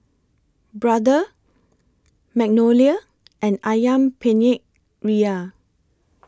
Brother Magnolia and Ayam Penyet Ria